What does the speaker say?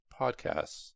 podcasts